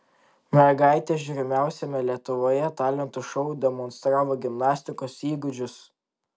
mergaitė žiūrimiausiame lietuvoje talentų šou demonstravo gimnastikos įgūdžius